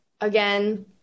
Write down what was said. again